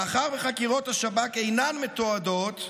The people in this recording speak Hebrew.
מאחר שחקירות השב"כ אינן מתועדות,